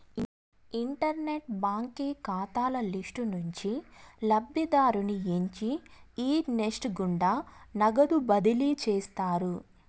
internet బాంకీ కాతాల list నుంచి లబ్ధిదారుని ఎంచి ఈ నెస్ట్ గుండా నగదు బదిలీ చేస్తారు